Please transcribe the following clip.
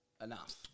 Enough